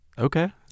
Okay